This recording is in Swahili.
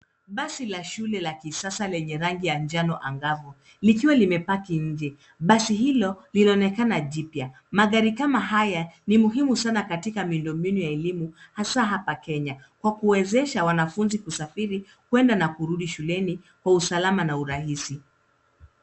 Basi la shule la kisasa lenye rangi ya njano angavu likiwa limepaki nje. Basi hilo linaonekana jipya. Magari kama haya ni muhimu sana katika miundo mbinu ya elimu hasa hapa Kenya kwa kuwezesha wanafunzi kusafiri kuenda na kurudi shuleni kwa usalama na urahisi.